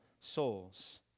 souls